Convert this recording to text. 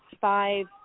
five